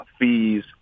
fees